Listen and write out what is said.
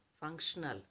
Functional